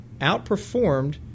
outperformed